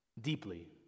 deeply